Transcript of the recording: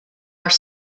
are